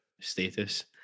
status